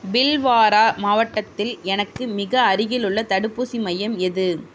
பில்வாரா மாவட்டத்தில் எனக்கு மிக அருகிலுள்ள தடுப்பூசி மையம் எது